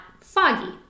foggy